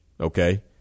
Okay